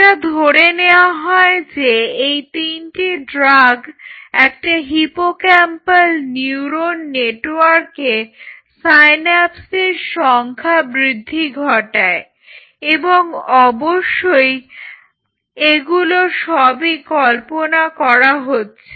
এটা ধরে নেয়া হয় যে এই তিনটে ড্রাগ একটা হিপোক্যাম্পাল নিউরন নেটওয়ার্কে সাইন্যাপসের সংখ্যা বৃদ্ধি ঘটায় এবং অবশ্যই এগুলো সবই কল্পনা করা হচ্ছে